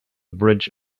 bridge